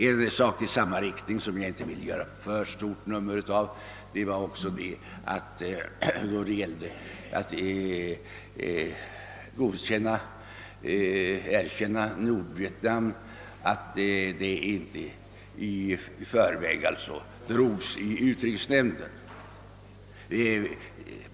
En annan företeelse i samma riktning som jag inte vill göra för stort nummer av gäller frågan om erkännandet av Nordvietnam, som inte i förväg föredrogs i utrikesnämnden.